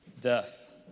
death